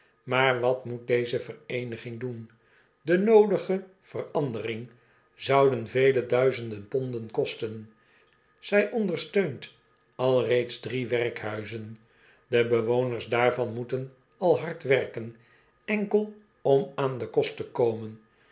maar wat moet deze vereeniging doen de noodige veranderingen zouden vele duizenden ponden kosten zij ondersteunt alreeds drie werkhuizen de bewoners daarvan moeten al hard werken enkel om aan den kost te komen